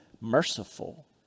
merciful